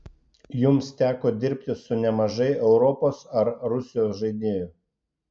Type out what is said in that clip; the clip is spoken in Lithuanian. jums teko dirbti su nemažai europos ar rusijos žaidėjų